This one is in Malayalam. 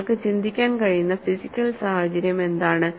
നിങ്ങൾക്ക് ചിന്തിക്കാൻ കഴിയുന്ന ഫിസിക്കൽ സാഹചര്യം എന്താണ്